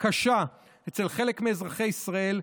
אצל חלק מאזרחי ישראל,